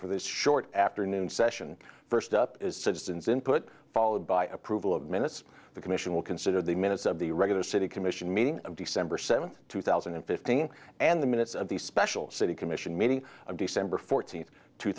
for this short afternoon session first up is substance input followed by approval of minutes the commission will consider the minutes of the regular city commission meeting of december seventh two thousand and fifteen and the minutes of the special city commission meeting on december fourteenth two